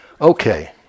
Okay